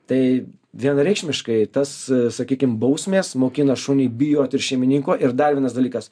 tai vienareikšmiškai tas sakykim bausmės mokina šunį bijot ir šeimininko ir dar vienas dalykas